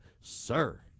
sir